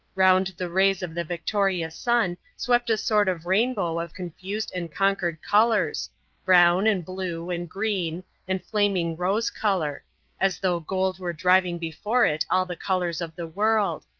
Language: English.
round the rays of the victorious sun swept a sort of rainbow of confused and conquered colours brown and blue and green and flaming rose-colour as though gold were driving before it all the colours of the world.